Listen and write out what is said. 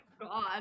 God